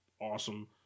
awesome